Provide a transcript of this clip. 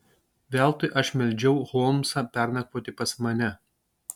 veltui aš meldžiau holmsą pernakvoti pas mane